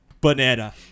banana